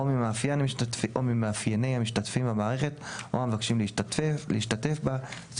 או ממאפייני המשתתפים במערכת או המבקשים להשתתף בה;";